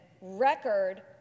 record